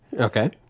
Okay